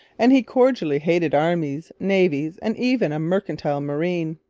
and he cordially hated armies, navies, and even a mercantile marine.